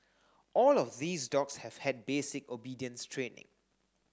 all of these dogs have had basic obedience training